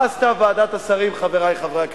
מה עשתה ועדת השרים, חברי חברי הכנסת?